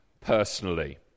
personally